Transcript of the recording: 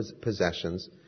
possessions